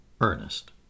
Ernest